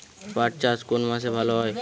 পাট চাষ কোন মাসে ভালো হয়?